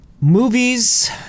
Movies